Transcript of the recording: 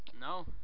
No